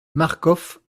marcof